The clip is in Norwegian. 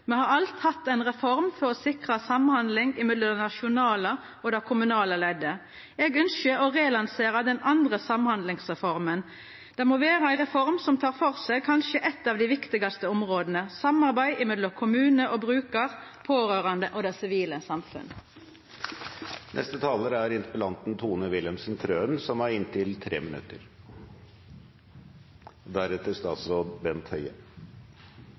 Me har alt hatt ei reform for å sikra samhandling mellom det nasjonale og det kommunale leddet. Eg ønskjer å relansera «Den andre samhandlingsreforma». Det må vera ei reform som tek for seg kanskje eitt av dei viktigaste områda: samarbeidet mellom kommune og brukar, pårørande og det sivile